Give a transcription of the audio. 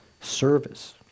Service